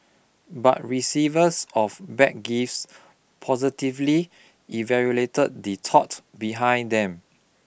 but receivers of bad gifts positively evaluated the thought behind them